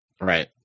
Right